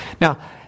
Now